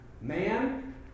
man